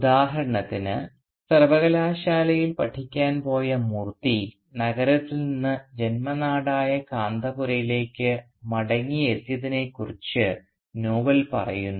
ഉദാഹരണത്തിന് സർവകലാശാലയിൽ പഠിക്കാൻ പോയ മൂർത്തി നഗരത്തിൽ നിന്ന് ജന്മനാടായ കാന്തപുരയിലേക്ക് മടങ്ങിയെത്തിയതിനെക്കുറിച്ച് നോവൽ പറയുന്നു